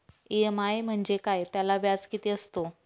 EMI म्हणजे काय? त्याला व्याज किती असतो?